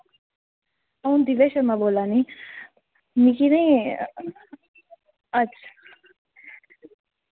अ'ऊं दिव्या शर्मा बोल्ला निं मिकी निं अच्छ